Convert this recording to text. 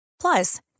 Plus